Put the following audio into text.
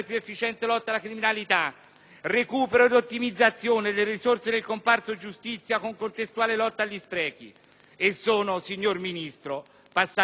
recupero ed ottimizzazione delle risorse nel comparto giustizia con contestuale lotta agli sprechi. E sono passati solo otto mesi.